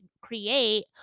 create